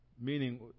Meaning